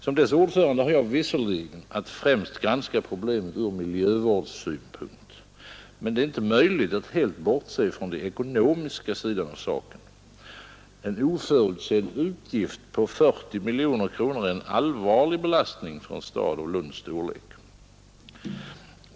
Som dess ordförande har jag visserligen att främst granska problemet ur miljövårdssynpunkt, men det är inte möjligt att helt bortse från den ekonomiska sidan av saken. En oförutsedd utgift på 40 miljoner är en allvarlig belastning för en stad av Lunds storlek.